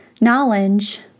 knowledge